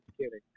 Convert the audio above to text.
kidding